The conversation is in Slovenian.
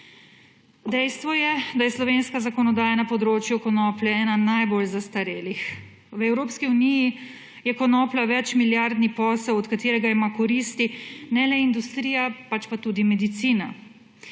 Dejstvo je, da je slovenska zakonodaja na področju konoplje ena najbolj zastarelih. V Evropski uniji je konoplja večmilijardni posel, od katerega nima koristi le industrija, pač pa tudi medicina.